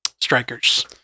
strikers